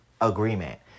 agreement